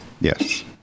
yes